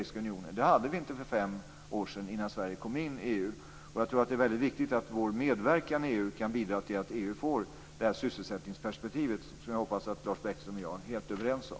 Så var det inte för fem år sedan, innan Sverige kom in i EU. Det är viktigt att vår medverkan i EU kan bidra till att EU får det sysselsättningsperspektiv som jag hoppas att Lars Bäckström och jag är helt överens om.